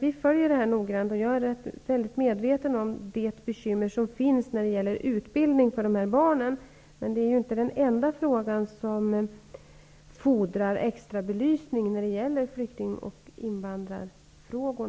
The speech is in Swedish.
Vi följer detta noggrant, och jag är väldigt medveten om bekymret med utbildning för dessa barn. Det är emellertid inte den enda fråga som fordrar extrabelysning när det gäller flykting och invandrarfrågor.